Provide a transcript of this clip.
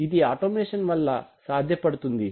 ఇది ఆటోమేషన్ వలన సాధ్యపడుతుంది